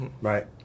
Right